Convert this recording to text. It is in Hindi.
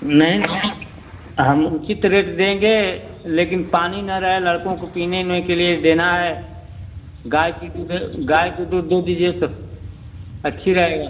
नहीं न हम उचित रेट देंगे लेकिन पानी न रहे लड़कों को पीने में के लिए देना है गाय की दूध गाय की दूध दे दीजिए तो अच्छी रहेगा